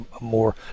more